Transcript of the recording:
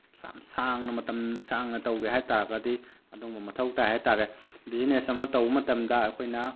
ꯌꯥꯝ ꯁꯥꯡꯅ ꯃꯇꯝ ꯁꯥꯡꯅ ꯇꯧꯒꯦ ꯍꯥꯏ ꯇꯥꯔꯒꯗꯤ ꯑꯗꯨꯒꯨꯝꯕ ꯃꯊꯧ ꯇꯥꯏ ꯍꯥꯏꯇꯥꯔꯦ ꯕꯤꯖꯤꯅꯦꯁ ꯑꯃ ꯇꯧꯕ ꯃꯇꯝꯗ ꯑꯩꯈꯣꯏꯅ